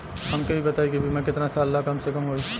हमके ई बताई कि बीमा केतना साल ला कम से कम होई?